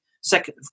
second